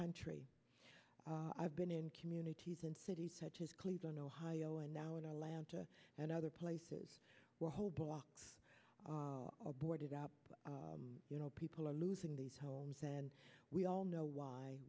country i've been in communities in cities such as cleveland ohio and now in atlanta and other places where whole blocks of boarded up you know people are losing these homes and we all know why